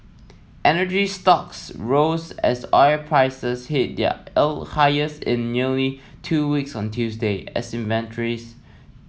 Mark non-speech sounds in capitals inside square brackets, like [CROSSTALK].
energy stocks roses as oil prices hit their [UNINTELLIGIBLE] highest in nearly two weeks on Tuesday as inventories